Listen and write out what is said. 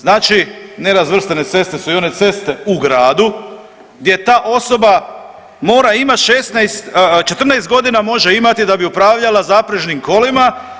Znači nerazvrstane ceste su i one ceste u gradu gdje ta osoba mora imati 16, 14 godina može imati da bi upravljala zaprežnim kolima.